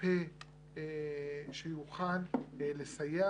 פה שיוכל לסייע